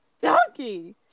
Donkey